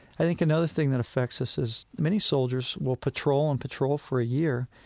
i think another thing that affects us is many soldiers will patrol, and patrol for a year,